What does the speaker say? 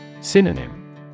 Synonym